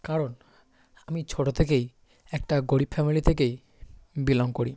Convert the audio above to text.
কারণ আমি ছোটো থেকেই একটা গরিব ফ্যামিলি থেকেই বিলং করি